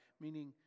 meaning